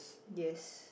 yes